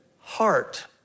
heart